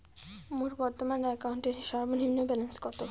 মোর বর্তমান অ্যাকাউন্টের সর্বনিম্ন ব্যালেন্স কত?